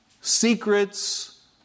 secrets